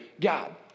God